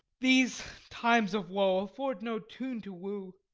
these times of woe afford no tune to woo